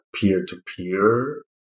peer-to-peer